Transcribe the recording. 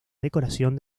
decoración